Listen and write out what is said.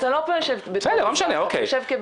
אבל אתה לא יושב פה כאזרח,